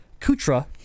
Kutra